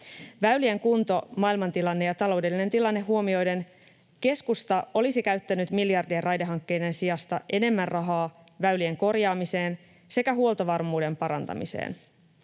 Väylien kunto: Maailmantilanne ja taloudellinen tilanne huomioiden keskusta olisi käyttänyt miljardien raidehankkeiden sijasta enemmän rahaa väylien korjaamiseen sekä huoltovarmuuden parantamiseen.